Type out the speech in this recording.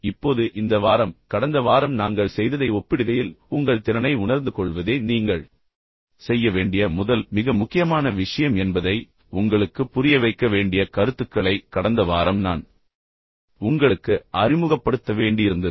இப்போது இந்த வாரம் கடந்த வாரம் நாங்கள் செய்ததை ஒப்பிடுகையில் உங்கள் திறனை உணர்ந்துகொள்வதே நீங்கள் செய்ய வேண்டிய முதல் மிக முக்கியமான விஷயம் என்பதை உங்களுக்குப் புரியவைக்க வேண்டிய கருத்துக்களை கடந்த வாரம் நான் உங்களுக்கு அறிமுகப்படுத்த வேண்டியிருந்தது